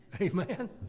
Amen